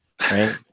right